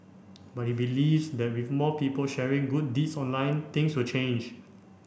but he believes that with more people sharing good deeds online things will change